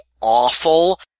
awful